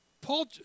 Paul –